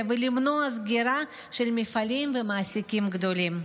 ולמנוע סגירה של מפעלים ומעסיקים גדולים.